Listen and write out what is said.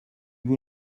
vous